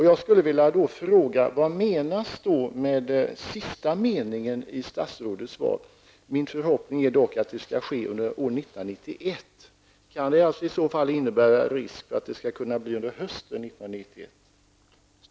Jag skulle vilja fråga vad som menas med den sista meningen i statsrådets svar, där det står att statsrådets förhoppning är att detta skall ske under år 1991. Kan det alltså innebära en risk för att det blir fråga om hösten 1991?